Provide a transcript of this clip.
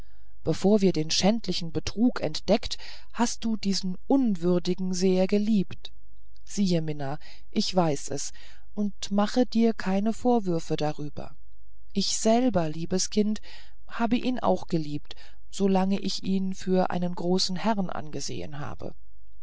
bevor wir den schändlichen betrug entdeckt hast du diesen unwürdigen sehr geliebt siehe mina ich weiß es und mache dir keine vorwürfe darüber ich selber liebes kind habe ihn auch geliebt so lange ich ihn für einen großen herrn angesehen habe